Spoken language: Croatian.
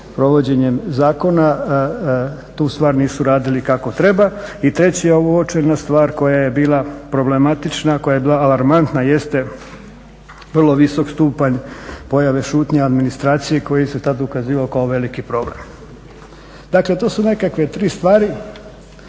provođenjem zakona, tu stvar nisu radili kako treba i treća uočena stvar koja je bila problematična, koja je bila alarmantna jeste vrlo visok stupanj pojave šutnje administracije koji se tada ukazivao kao veliki problem. Dakle to su nekakve tri stvari